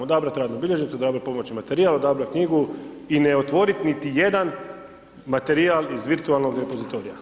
Odabrati radnu bilježnicu, odabrati pomoćni materijal, odabrati knjigu i ne otvoriti niti jedan materijal iz virtualnog repozitorija.